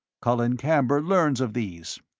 colin camber learns of these.